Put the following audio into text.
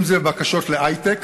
אם זה בקשות להיי-טק.